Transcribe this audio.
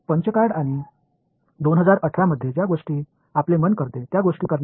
punch கார்டுகள் செய்யும் விஷயங்களைச் செய்ய அவர்கள் அதிக நேரம் எடுத்துக்கொண்டனர்